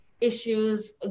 issues